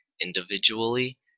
individually